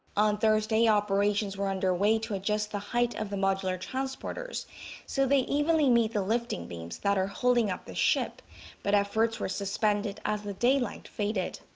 on thursday. operations were underway to adjust the height of the modular transporters so they evenly meet the lifting beams that are holding up the ship but efforts were suspended as the daylight faded.